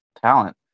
talent